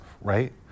right